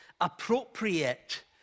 appropriate